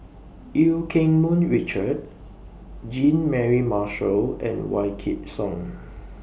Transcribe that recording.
EU Keng Mun Richard Jean Mary Marshall and Wykidd Song